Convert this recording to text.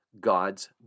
God's